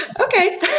Okay